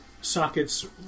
sockets